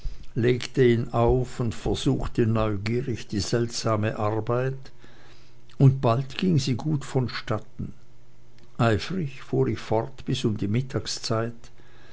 legte ihn auf und versuchte neugierig die seltsame arbeit und bald ging sie gut vonstatten eifrig fuhr ich fort bis um die mittagszeit